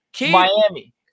Miami